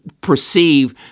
perceive